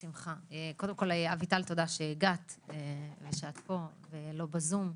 קודם כל, אביטל, תודה שהגעת ושאת פה ולא בזום.